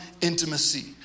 intimacy